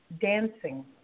dancing